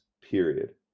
period